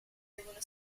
devono